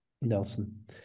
Nelson